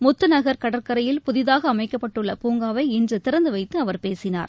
முத்துநகர் கடற்கரையில் புதிதாக அமைக்கப்பட்டுள்ள பூங்காவை இன்று திறந்து வைத்து அவர் பேசினார்